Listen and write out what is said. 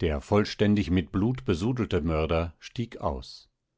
der vollständig mit blut besudelte mörder stieg aus